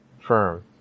firm